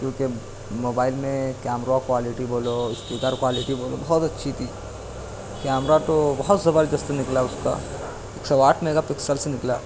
کیونکہ موبائل میں camera quality بولو اسپیکر کوالٹی بولو بہت اچھی تھی کیمرہ تو بہت زبردست نکلا اس کا ایک سو آٹھ میگا پکسلس نکلا